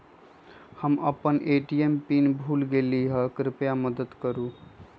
हम अपन ATM PIN भूल गेली ह, कृपया मदत करू